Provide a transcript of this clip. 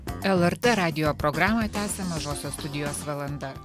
lrt radijo programą tęsia mažosios studijos valanda